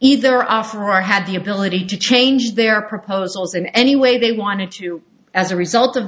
either off or are had the ability to change their proposals in any way they wanted to as a result of